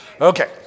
Okay